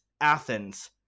athens